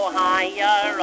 higher